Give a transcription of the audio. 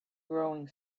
growing